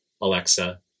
Alexa